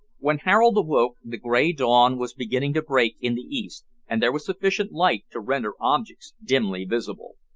when harold awoke, the grey dawn was beginning to break in the east and there was sufficient light to render objects dimly visible.